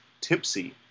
tipsy